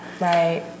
Right